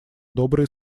добрые